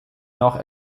noch